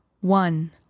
one